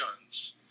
guns